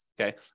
okay